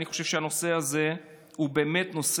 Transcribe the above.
אני חושב שהנושא הזה הוא באמת אחד